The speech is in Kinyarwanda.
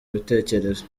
ibitekerezo